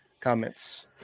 comments